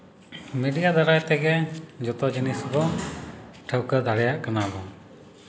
media ᱫᱟᱨᱟᱭ ᱛᱮᱜᱮ ᱡᱚᱛᱚ ᱡᱤᱱᱤᱥ ᱵᱚᱱ ᱴᱷᱟᱹᱣᱠᱟᱹ ᱫᱟᱲᱮᱭᱟᱜ ᱠᱟᱱᱟ ᱵᱚᱱ